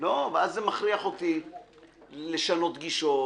ואז זה מכריח אותי לשנות גישות.